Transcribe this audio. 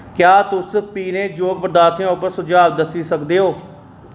क्या तुस पीने जोग पदार्थें उप्पर सुझाऽ दस्सी सकदे ओ